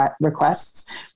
requests